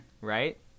Right